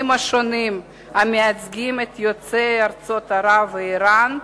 השונים המייצגים את יוצאי ארצות ערב ואירן,